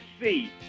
see